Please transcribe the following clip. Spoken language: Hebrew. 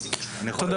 תודה